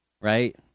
Right